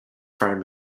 farm